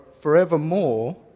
forevermore